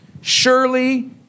Surely